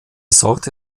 sorte